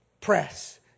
Press